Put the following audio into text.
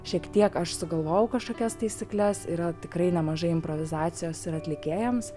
šiek tiek aš sugalvojau kažkokias taisykles yra tikrai nemažai improvizacijos ir atlikėjams